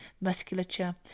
musculature